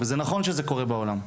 וזה נכון שזה קורה בעולם.